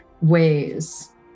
ways